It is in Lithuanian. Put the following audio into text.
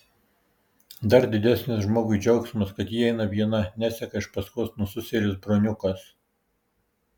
dar didesnis žmogui džiaugsmas kad ji eina viena neseka iš paskos nususėlis broniukas